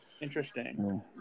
Interesting